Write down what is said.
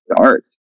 start